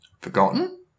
Forgotten